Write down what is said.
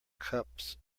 cups